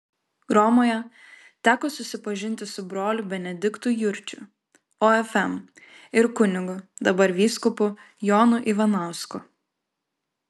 romoje teko susipažinti su broliu benediktu jurčiu ofm ir kunigu dabar vyskupu jonu ivanausku